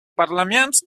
парламент